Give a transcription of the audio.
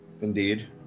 Indeed